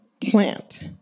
plant